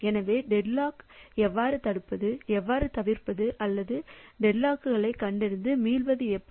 எனவே டெட்லாக் எவ்வாறு தடுப்பதுஎவ்வாறு தவிர்ப்பது அல்லது டெட்லாக்களைக் கண்டறிந்து மீள்வது எப்படி